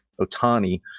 Otani